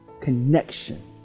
connection